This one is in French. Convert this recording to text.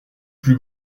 plus